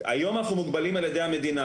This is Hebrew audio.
היום אנחנו מוגבלים על ידי המדינה,